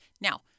Now